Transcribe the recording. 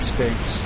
States